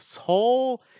whole